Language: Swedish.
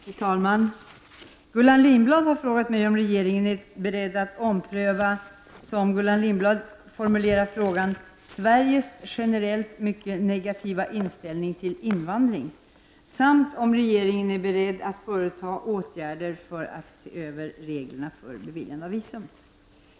Fru talman! Gullan Lindblad har frågat mig om regeringen är beredd att ompröva, som Gullan Lindblad formulerar frågan, Sveriges generellt mycket negativa inställning till invandring, samt om regeringen är beredd att företa åtgärder för att se över reglerna för beviljande av visum.